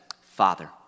Father